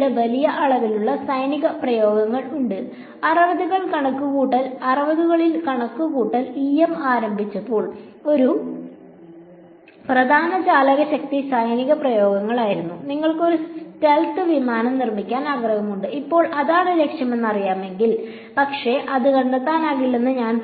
പിന്നീട് വലിയ അളവിലുള്ള സൈനിക പ്രയോഗങ്ങൾ ഉണ്ട് 60 കളിൽ കണക്കുകൂട്ടൽ ഇഎം ആരംഭിച്ചപ്പോൾ ഒരു പ്രധാന ചാലകശക്തി സൈനിക പ്രയോഗങ്ങളായിരുന്നു നിങ്ങൾക്ക് ഒരു സ്റ്റെൽത്ത് വിമാനം നിർമ്മിക്കാൻ ആഗ്രഹമുണ്ട് ഇപ്പോൾ അതാണ് ലക്ഷ്യമെന്ന് അറിയാമെങ്കിൽ പക്ഷേ അത് കണ്ടെത്താനാകില്ലെന്ന് ഞാൻ